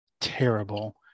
terrible